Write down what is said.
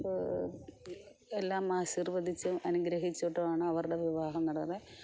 എല്ലാം ആശീർവദിച്ചും അനുഗ്രഹിച്ചിട്ടുമാണ് അവരുടെ വിവാഹം നടക്കുന്നത്